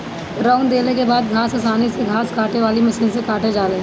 रौंद देले के बाद घास आसानी से घास काटे वाली मशीन से काटा जाले